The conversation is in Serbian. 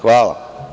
Hvala.